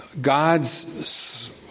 God's